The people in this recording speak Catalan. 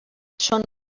són